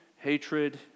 hatred